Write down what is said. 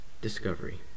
Discovery